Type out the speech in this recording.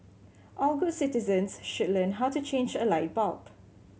all good citizens should learn how to change a light bulb